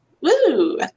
Woo